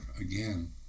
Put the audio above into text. again